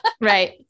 right